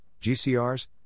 GCRs